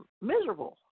miserable